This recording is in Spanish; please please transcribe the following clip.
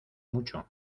mucho